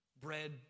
Bread